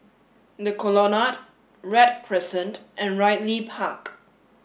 the Colonnade Read Crescent and Ridley Park